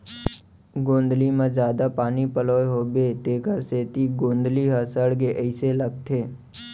गोंदली म जादा पानी पलोए होबो तेकर सेती गोंदली ह सड़गे अइसे लगथे